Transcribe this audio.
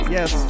Yes